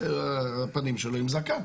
הפנים שלו עם זקן.